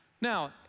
Now